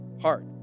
heart